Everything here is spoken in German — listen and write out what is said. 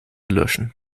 löschen